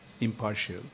impartial